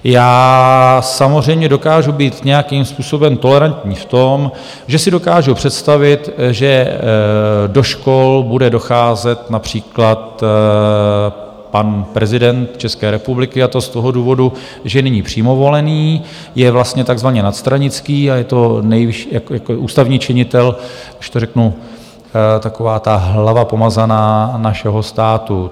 Já samozřejmě dokážu být nějakým způsobem tolerantní v tom, že si dokážu představit, že do škol bude docházet například pan prezident České republiky, a to z toho důvodu, že je nyní přímo volený, je vlastně takzvaně nadstranický a je to nejvyšší ústavní činitel, když to řeknu, taková ta hlava pomazaná, našeho státu.